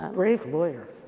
um brave lawyer.